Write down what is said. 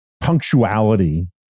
punctuality